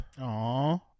Aww